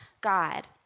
God